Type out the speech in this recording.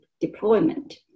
deployment